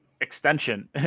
extension